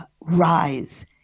rise